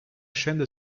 scende